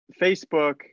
Facebook